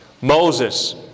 Moses